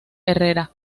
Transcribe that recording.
herrera